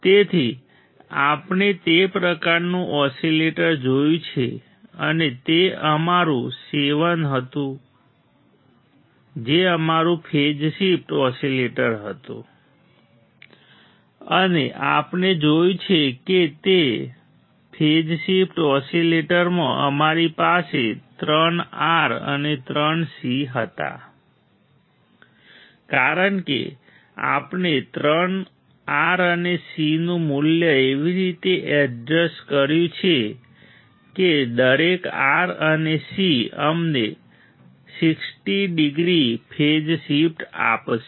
તેથી આપણે તે પ્રકારનું ઓસિલેટર જોયું છે અને તે અમારું 7 હતું જે અમારું ફેઝ શિફ્ટ ઓસિલેટર હતું અને આપણે જોયું છે કે ફેઝ શિફ્ટ ઓસિલેટરમાં અમારી પાસે ત્રણ R અને ત્રણ C હતા કારણ કે આપણે R અને C નું મૂલ્ય એવી રીતે એડજસ્ટ કર્યું છે કે દરેક R અને C અમને 60 ડિગ્રી ફેઝ શિફ્ટ આપશે